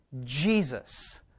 Jesus